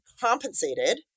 compensated